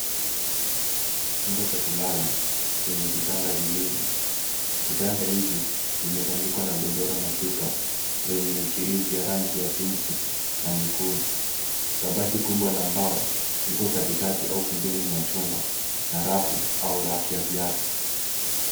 Chumba cha kulala chenye vitanda viwili, vitanda hivi vimetandikwa na godoro na shuka zenye michirizi ya rangi ya pinki na nyekundu. Kabati kubwa la mbaoo liko katikati au pembeni mwa chumba na rafu au raki ya viatu.